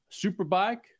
Superbike